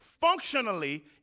functionally